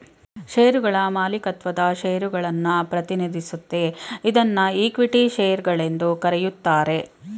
ಶೇರುಗಳ ಮಾಲೀಕತ್ವದ ಷೇರುಗಳನ್ನ ಪ್ರತಿನಿಧಿಸುತ್ತೆ ಇದ್ನಾ ಇಕ್ವಿಟಿ ಶೇರು ಗಳೆಂದು ಕರೆಯುತ್ತಾರೆ